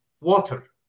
water